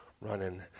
running